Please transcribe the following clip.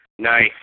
Nice